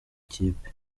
kipe